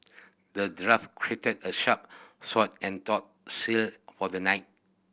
the dwarf crafted a sharp sword and tough shield for the knight